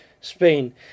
Spain